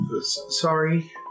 Sorry